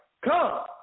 come